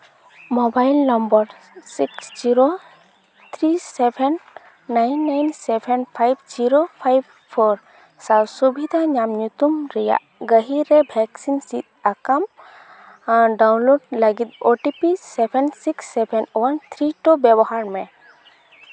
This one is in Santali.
mobile number six zero three seven nine nine seven five zero five four ᱥᱟᱶ ᱥᱩᱵᱤᱫᱷᱟ ᱧᱟᱢ ᱧᱩᱛᱩᱢ ᱨᱮᱭᱟᱜ ᱜᱟᱹᱦᱤᱨ ᱨᱮ ᱵᱷᱮᱠᱥᱤᱱ ᱥᱤᱫᱽ ᱥᱟᱠᱟᱢ ᱰᱟᱣᱩᱱᱞᱳᱰ ᱞᱟᱹᱜᱤᱫ O T P seven six seven one three two ᱵᱮᱵᱚᱦᱟᱨ ᱢᱮ